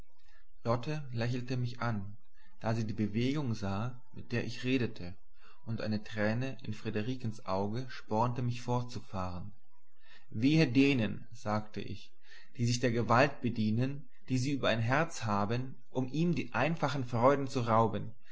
lächelte mich an da sie die bewegung sah mit der ich redete und eine träne in friederikens auge spornte mich fortzufahren wehe denen sagte ich die sich der gewalt bedienen die sie über ein herz haben um ihm die einfachen freuden zu rauben